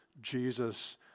Jesus